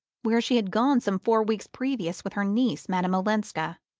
where she had gone some four weeks previously with her niece, madame olenska.